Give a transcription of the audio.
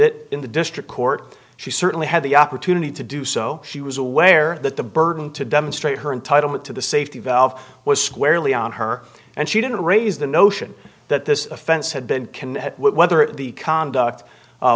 it in the district court she certainly had the opportunity to do so she was aware that the burden to demonstrate her entitlement to the safety valve was squarely on her and she didn't raise the notion that this offense had been can whether the conduct